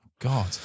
God